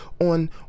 on